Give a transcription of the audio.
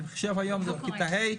אני חושב שהיום זאת כיתה ה',